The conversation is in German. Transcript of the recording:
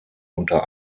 unter